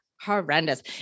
Horrendous